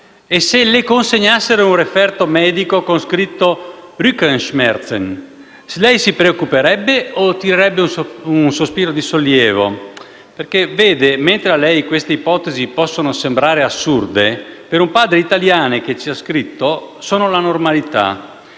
E, se le consegnassero un referto medico con scritto *Ruckenschmerzen*, lei si preoccuperebbe o tirerebbe un sospiro di sollievo? Vede, mentre a lei queste ipotesi possono sembrare assurde, per un padre italiano che ci ha scritto sono la normalità.